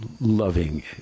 loving